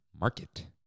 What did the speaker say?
Market